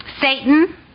Satan